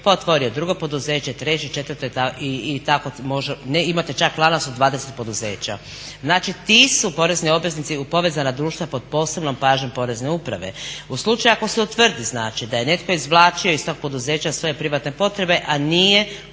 otvorio drugo poduzeće, treće, četvrto i tako. Imate čak lanac od 20 poduzeća. Znači, ti su porezni obveznici u povezana društva pod posebnom pažnjom Porezne uprave. U slučaju ako se utvrdi, znači da je netko izvlačio iz tog poduzeća svoje privatne potrebe, a nije uplaćivao